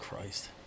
Christ